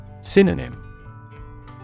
Synonym